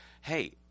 hey